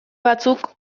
batzuk